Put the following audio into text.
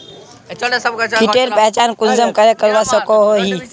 कीटेर पहचान कुंसम करे करवा सको ही?